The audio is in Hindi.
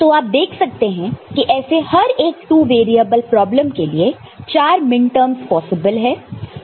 तो आप देख सकते हैं कि ऐसे हर एक टू वेरिएबल प्रॉब्लम के लिए 4 मिनटर्मस पॉसिबल है